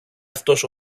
αυτός